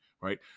right